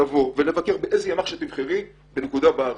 לבקר באיזה ימ"ח שתבחרי בכל נקודה בארץ.